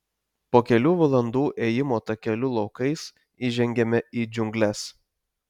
po kelių valandų ėjimo takeliu laukais įžengiame į džiungles